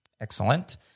Excellent